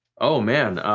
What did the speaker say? oh man,